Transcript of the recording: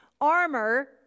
Armor